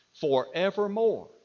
forevermore